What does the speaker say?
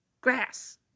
grass